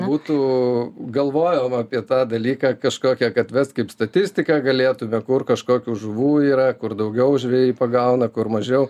būtų galvojom apie tą dalyką kažkokią kad vest kaip statistiką galėtume kur kažkokių žuvų yra kur daugiau žvejai pagauna kur mažiau